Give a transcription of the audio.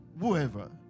whoever